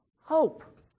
hope